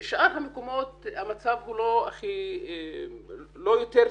בשאר המקומות המצב הוא לא יותר טוב,